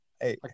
Hey